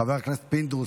חבר הכנסת פינדרוס,